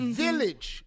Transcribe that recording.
village